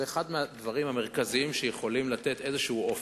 זה אחד מהדברים המרכזיים שיכולים לתת איזה אופק,